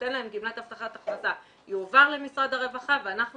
שנותן להם גמלת הבטחת הכנסה יועבר למשרד הרווחה ואנחנו